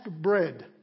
bread